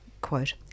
Quote